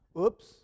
Oops